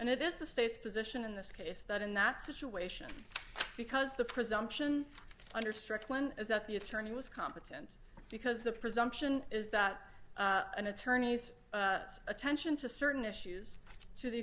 and it is the state's position in this case that in that situation because the presumption under strickland is that the attorney was competent because the presumption is that an attorney's attention to certain issues to the